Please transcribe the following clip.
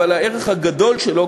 אבל הערך הגדול שלו,